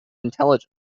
intelligence